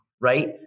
Right